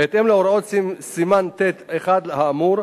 בהתאם להוראות סימן ט'1 האמור,